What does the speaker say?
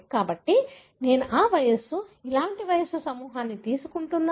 కాబట్టి నేను ఆ వయస్సు ఇలాంటి వయస్సు సమూహాన్ని తీసుకుంటున్నాను